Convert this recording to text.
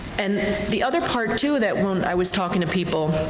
and the other part too that i was talking to people,